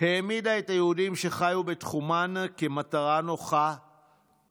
העמידה את היהודים שחיו בתחומן כמטרה נוחה,